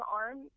arm